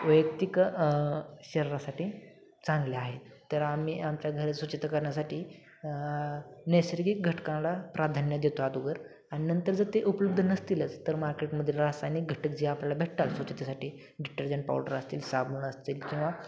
वैयक्तिक शरीरासाठी चांगले आहेत तर आम्ही आमच्या घर स्वच्छता करण्यासाठी नैसर्गिक घटकाला प्राधान्य देतो अगोदर आणि नंतर जर ते उपलब्ध नसतीलच तर मार्केटमध्ये रासायनिक घटक जे आपल्याला भेटतात स्वच्छतेसाठी डिटर्जंट पावडर असतील साबणं असतील किंवा